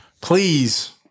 please